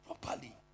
properly